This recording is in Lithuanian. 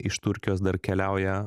iš turkijos dar keliauja